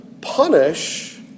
punish